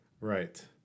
Right